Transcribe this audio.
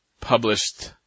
published